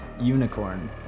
unicorn